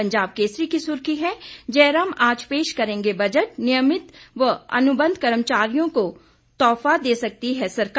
पंजाब केसरी की सुर्खी है जयराम आज पेश करेंगे बजट नियमित व अनुबंध कर्मचारियों को तोहफा दे सकती है सरकार